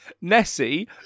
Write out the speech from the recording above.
nessie